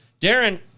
Darren